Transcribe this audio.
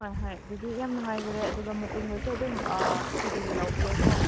ꯍꯣꯏ ꯍꯣꯏ ꯑꯗꯨꯗꯤ ꯌꯥꯝ ꯅꯨꯡꯉꯥꯏꯖꯔꯦ ꯑꯗꯨꯒ ꯃꯇꯨꯡꯗꯁꯨ ꯑꯗꯨꯝ ꯑꯥ ꯁꯤꯗꯒꯤ ꯂꯧꯕꯤꯎꯀꯣ